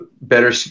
better